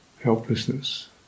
helplessness